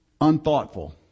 unthoughtful